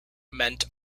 meant